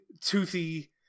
toothy